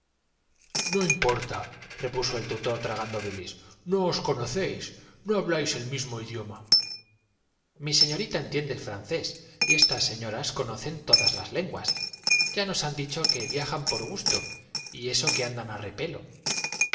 porpresonas no importarepuso el tutor tragando bilis no os qonocéis no habláis el mismo idioma mi señorita entiende el francés y estas señoras conocen todas las lenguas ya nos han dicho que via jan por gusto y eso que andan á repelo